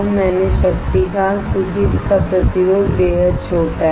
मैंने शक्ति कहा क्योंकि इस का प्रतिरोध बेहद छोटा है